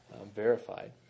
verified